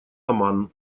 оман